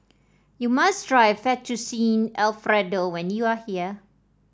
you must try Fettuccine Alfredo when you are here